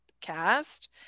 cast